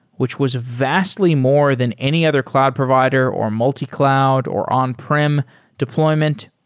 which was vastly more than any other cloud provider, or multi-cloud, or on-prem deployment.